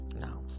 now